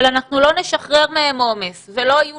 אבל אנחנו לא נשחרר מהם עומס ולא יהיו